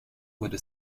wurde